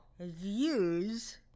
views